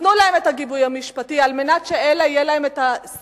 תיתנו להם את הגיבוי המשפטי כדי שלאלה יהיה הסיוע,